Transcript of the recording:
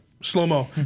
Slow-mo